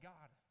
God